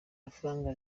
mafaranga